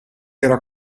era